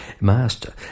master